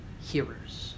hearers